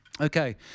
Okay